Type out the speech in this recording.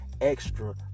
extra